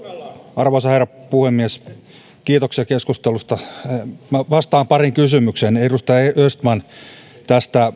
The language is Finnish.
arvoisa herra puhemies kiitoksia keskustelusta vastaan pariin kysymykseen edustaja östman tästä